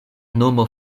nomo